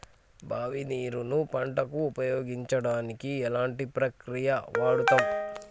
బావి నీరు ను పంట కు ఉపయోగించడానికి ఎలాంటి ప్రక్రియ వాడుతం?